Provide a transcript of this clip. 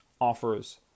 offers